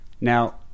now